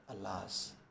alas